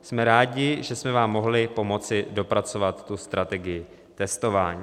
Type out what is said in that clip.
Jsme rádi, že jsme vám mohli pomoci dopracovat strategii testování.